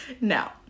Now